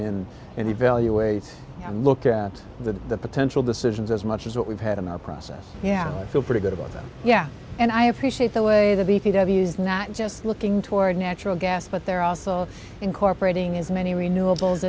in and evaluate and look at the potential decisions as much as what we've had in our process yeah i feel pretty good about that yeah and i appreciate the way the beefeater views not just looking toward natural gas but they're also incorporating as many renewables as